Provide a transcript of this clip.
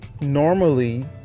normally